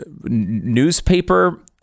newspaper